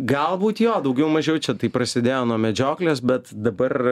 galbūt jo daugiau mažiau čia taip prasidėjo nuo medžioklės bet dabar